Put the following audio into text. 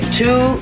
two